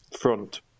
front